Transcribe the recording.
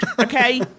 okay